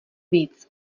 víc